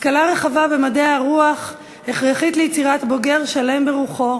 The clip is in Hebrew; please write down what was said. השכלה רחבה במדעי הרוח הכרחית ליצירת בוגר שלם ברוחו,